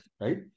right